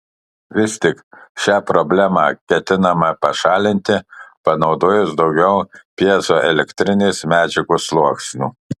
vis tik šią problemą ketinama pašalinti panaudojus daugiau pjezoelektrinės medžiagos sluoksnių